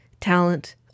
talent